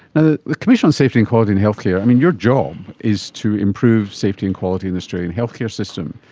the the commission on safety and quality in health care, i mean your job um is to improve safety and quality in the australian healthcare system.